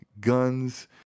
guns